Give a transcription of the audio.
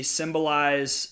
symbolize